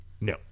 No